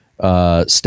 Step